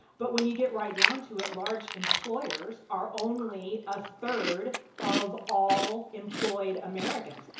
but when you get right down to it large employers are only a third of all employed americans.